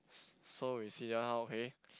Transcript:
s~ so you see ah okay